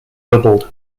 doubled